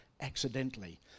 accidentally